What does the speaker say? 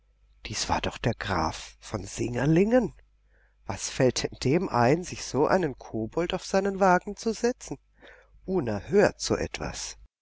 dies war doch der graf von singerlingen was fällt denn dem ein sich so einen kobold auf seinen wagen zu setzen unerhört so etwas